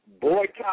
boycott